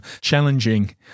challenging